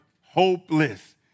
hopeless